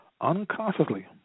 Unconsciously